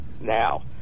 now